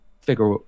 figure